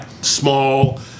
small